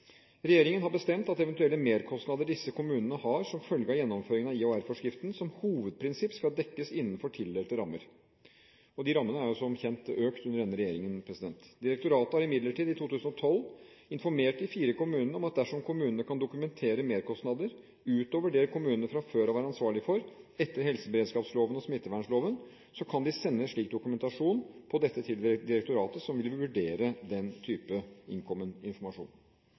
Regjeringen har bestemt at eventuelle merkostnader disse kommunene har som følge av gjennomføringen av IHR-forskriften, som hovedprinsipp skal dekkes innenfor tildelte rammer. Disse rammene er som kjent økt under denne regjeringen. Direktoratet har imidlertid i 2012 informert de fire kommunene om at dersom kommunene kan dokumentere merkostnader utover det kommunene fra før er ansvarlig for etter helseberedskapsloven og smittevernloven, kan de sende dokumentasjon på dette til direktoratet, som vil vurdere den type innkommet informasjon.